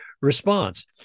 response